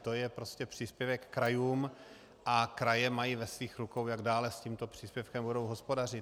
To je prostě příspěvek krajům a kraje mají ve svých rukou, jak dále s tímto příspěvkem budou hospodařit.